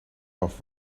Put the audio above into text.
off